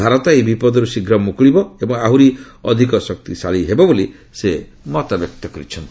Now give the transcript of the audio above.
ଭାରତ ଏହି ବିପଦରୁ ଶୀଘ୍ର ମୁକୁଳିବ ଏବଂ ଆହୁରି ଅଧିକ ଶକ୍ତିଶାଳୀ ହେବ ବୋଲି ସେ ମତବ୍ୟକ୍ତ କରିଛନ୍ତି